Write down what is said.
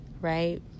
right